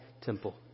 temple